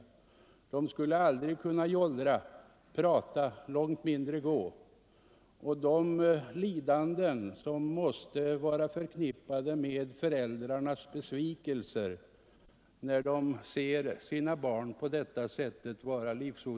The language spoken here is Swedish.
De skulle aldrig Dödsbegreppet, kunna jollra eller prata, långt mindre gå. Jag förstod att det måste vara m.m. stora lidanden förknippade med föräldrarnas besvikelse när de såg sina barn ligga livsodugliga på detta sätt.